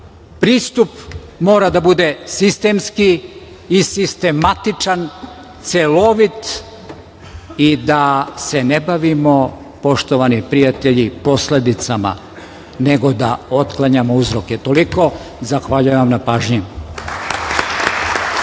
pristup mora da bude sistemski, i sistematičan, celovit i da se ne bavimo poštovani prijatelji, posledicama nego da otklanjamo uzroke. Toliko i zahvaljujem na pažnji.